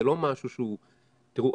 תראו,